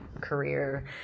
career